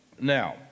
Now